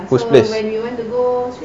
who's place